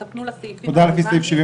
הם אומרים שזו לא הייתה הכוונה,